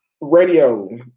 radio